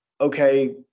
okay